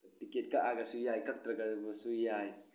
ticket ꯀꯛꯂꯒꯁꯨ ꯌꯥꯏ ꯀꯛꯇ꯭ꯔꯒꯕꯁꯨ ꯌꯥꯏ